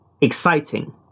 exciting